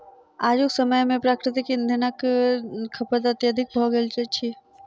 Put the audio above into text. आजुक समय मे प्राकृतिक इंधनक खपत अत्यधिक भ गेल अछि